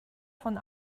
von